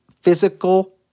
physical